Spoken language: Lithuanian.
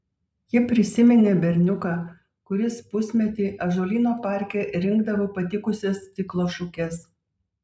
ji prisiminė berniuką kuris pusmetį ąžuolyno parke rinkdavo patikusias stiklo šukes